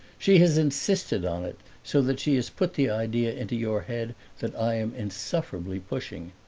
she has insisted on it, so that she has put the idea into your head that i am insufferably pushing.